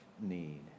need